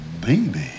baby